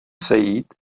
sejít